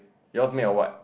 yours made of what